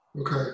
Okay